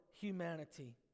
humanity